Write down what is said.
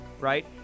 right